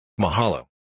Mahalo